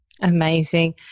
Amazing